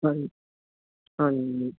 ਹਾਂ ਹਾਂਜੀ